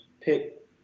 pick